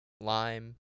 lime